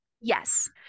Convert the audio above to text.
yes